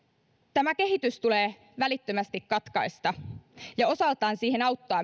tämä kehitys tulee välittömästi katkaista ja osaltaan siihen auttaa